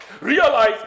realize